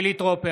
חילי טרופר,